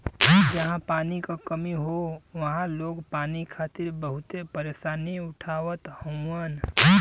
जहां पानी क कमी हौ वहां लोग पानी खातिर बहुते परेशानी उठावत हउवन